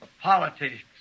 politics